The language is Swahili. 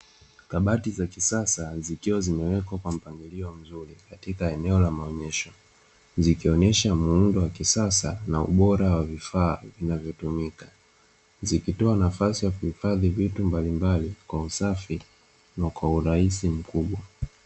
Kabati za kisas zikiwa zimewekwa kwa mpangilio maalumu zikionyesha jinsia ya kutoa usafi kwa mpangilio maalumu na unao hitajika